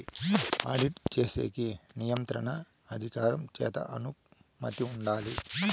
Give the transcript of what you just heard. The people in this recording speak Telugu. ఆడిట్ చేసేకి నియంత్రణ అధికారం చేత అనుమతి ఉండాలి